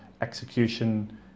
execution